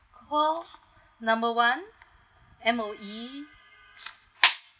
call number one M_O_E